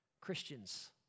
Christians